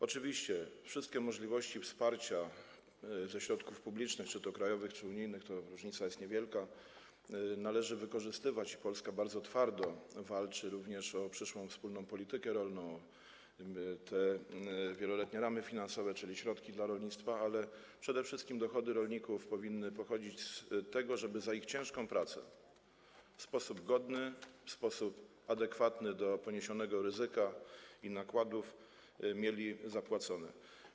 Oczywiście wszystkie możliwości wsparcia ze środków publicznych, czy to krajowych, czy unijnych - różnica jest niewielka - należy wykorzystywać i Polska bardzo twardo walczy również o przyszłą wspólną politykę rolną, wieloletnie ramy finansowe, czyli środki dla rolnictwa, ale przede wszystkim dochody rolników powinny pochodzić z tego, żeby mieli zapłacone w sposób godny, w sposób adekwatny do poniesionego ryzyka i nakładów za ich ciężką pracę.